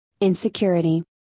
Insecurity